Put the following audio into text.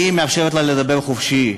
שמאפשרת לה לדבר חופשי.